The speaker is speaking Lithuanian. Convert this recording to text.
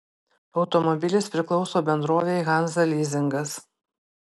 automobilis priklauso bendrovei hanza lizingas